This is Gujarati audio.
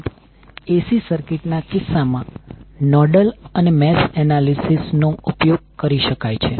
ઉપરાંત AC સર્કિટ ના કિસ્સામાં નોડલ અને મેશ એનાલિસિસ નો ઉપયોગ કરી શકાય છે